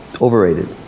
Overrated